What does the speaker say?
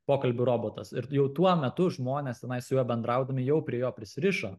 pokalbių robotas ir jau tuo metu žmonės tenai su juo bendraudami jau prie jo prisirišo